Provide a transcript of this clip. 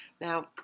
Now